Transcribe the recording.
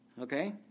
okay